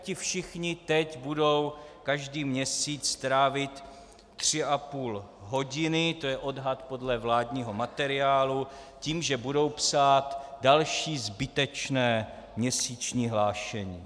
Ti všichni teď budou každý měsíc trávit tři a půl hodiny, to je odhad podle vládního materiálu, tím, že budou psát další zbytečné měsíční hlášení.